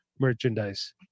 merchandise